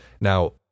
Now